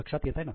लक्षात येते ना